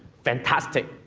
fantastic,